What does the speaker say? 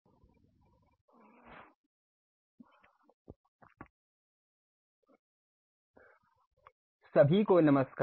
SolidWorks सभी को नमस्कार